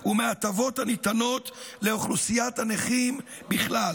ומהטבות הניתנות לאוכלוסיית הנכים בכלל.